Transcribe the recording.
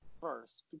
first